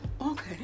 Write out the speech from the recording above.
okay